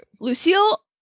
Lucille